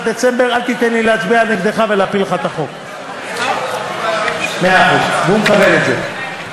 לא להיחשף לעינויים זוהי זכות מוחלטת במדינה דמוקרטית,